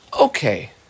Okay